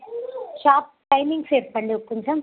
shop timings చెప్పండి కొంచెం